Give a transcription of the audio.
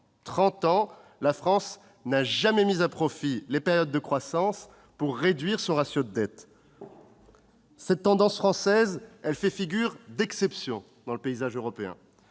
ans, la France n'a jamais mis à profit les périodes de croissance pour réduire son ratio de dette. Cette tendance française fait figure d'exception dans le paysage européen.